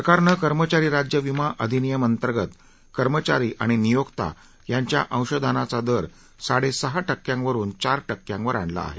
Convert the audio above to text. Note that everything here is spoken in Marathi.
सरकारनं कर्मचारी राज्यविमा अधिनियम अंतर्गत कर्मचारी आणि नियोक्ता यांच्या अंशदानाचा दर साडेसहा टक्क्यांवरून चार टक्क्यांवर आणला आहे